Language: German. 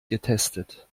getestet